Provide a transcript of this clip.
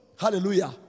Hallelujah